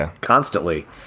constantly